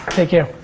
take care.